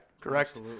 Correct